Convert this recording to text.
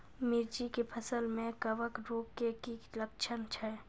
मिर्ची के फसल मे कवक रोग के की लक्छण छै?